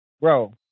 bro